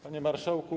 Panie Marszałku!